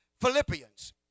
Philippians